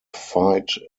fight